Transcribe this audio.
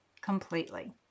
completely